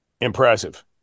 Impressive